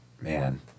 man